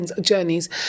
journeys